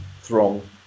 throng